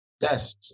Yes